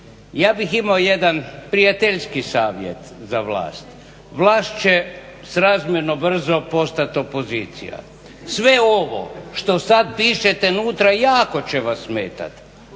Ja bih imao jedan prijateljski savjet za vlast, vlast će srazmjerno brzo postati opozicija, sve ovo što sad pišete unutra jako će vas smetati